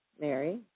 Mary